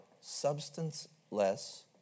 substance-less